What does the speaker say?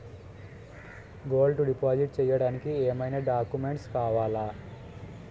Gold deposit చేయడానికి ఏమైనా documents కావాలా?